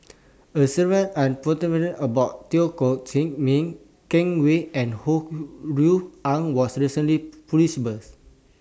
A series about Teo Koh Chin Miang Ken Kwek and Ho Rui An was recently